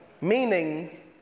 Meaning